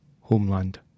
Homeland